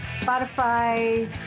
Spotify